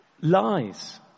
Lies